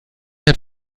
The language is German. hat